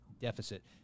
deficit